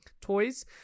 toys